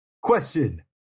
question